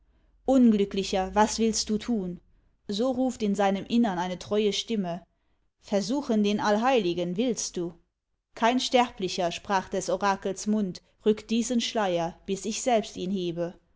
unglücklicher was willst du tun so ruft in seinem innern eine treue stimme versuchen den allheiligen willst du kein sterblicher sprach des orakels mund rückt diesen schleier bis ich selbst ihn hebe